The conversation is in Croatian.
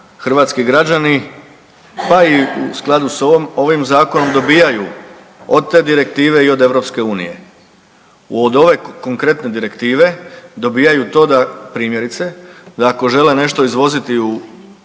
hrvatski građani pa i u skladu s ovim zakonom dobijaju od te direktive i od EU? Od ove konkretne direktive dobijaju to da primjerice da ako žele nešto izvoziti u druge